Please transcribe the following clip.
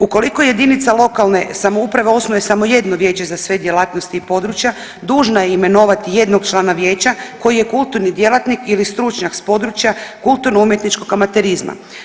Ukoliko jedinica lokalne samouprave osnuje samo jedno vijeće za sve djelatnosti i područja dužna je imenovati jednog člana vijeća koji je kulturni djelatnik ili stručnjak s područja kulturno-umjetničkog amaterizma.